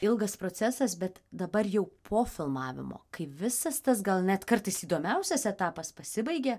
ilgas procesas bet dabar jau po filmavimo kai visas tas gal net kartais įdomiausias etapas pasibaigė